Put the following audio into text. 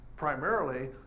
Primarily